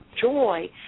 joy